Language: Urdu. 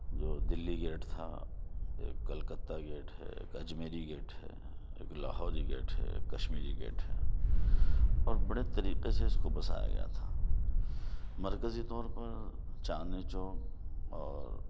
جو دِلّی گیٹ تھا ایک کلکتہ گیٹ ہے ایک اجمیری گیٹ ہے ایک لاہوری گیٹ ہے ایک کشمیری گیٹ ہے اور بڑے طریقے سے اِس کو بسایا گیا تھا مرکزی طور پر چاندنی چوک اور